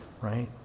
right